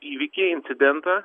įvykį incidentą